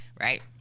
right